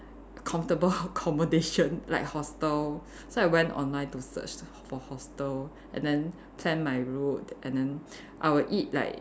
comfortable accommodation like hostel so I went online to search for hostel and then plan my route and then I will eat like